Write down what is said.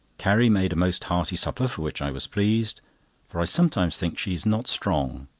carrie made a most hearty supper, for which i was pleased for i sometimes think she is not strong.